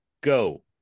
go